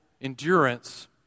endurance